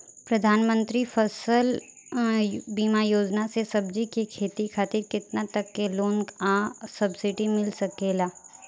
प्रधानमंत्री फसल बीमा योजना से सब्जी के खेती खातिर केतना तक के लोन आ सब्सिडी मिल सकेला?